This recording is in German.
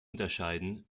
unterscheiden